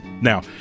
Now